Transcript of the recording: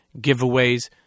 giveaways